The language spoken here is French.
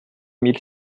mille